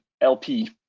LP